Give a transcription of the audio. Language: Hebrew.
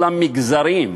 כל המגזרים,